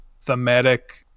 thematic